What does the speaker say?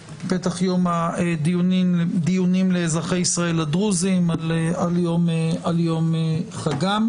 הדיונים לאזרחי ישראל הדרוזים על יום חגם.